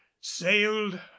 sailed